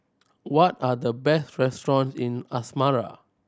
what are the best restaurant in Asmara